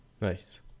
Nice